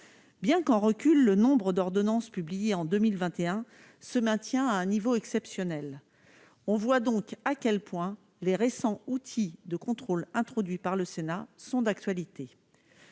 bien qu'en recul, le nombre d'ordonnances publiées en 2021 se maintient à un niveau exceptionnel, on voit donc à quel point les récents outils de contrôle introduit par le Sénat sont d'actualité,